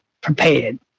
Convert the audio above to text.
prepared